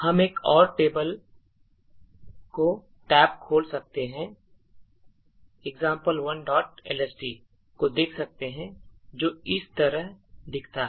हम एक और टैब खोल सकते हैं और example1lst को देख सकते हैं जो इस तरह दिखता है